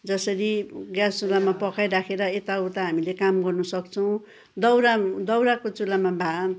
जसरी ग्यास चुल्हामा पकाइराखेर यताउता हामीले काम गर्नु सक्छौँ दाउरा दाउराको चुल्हामा भए